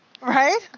Right